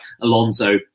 Alonso